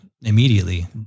immediately